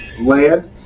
land